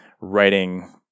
writing